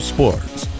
Sports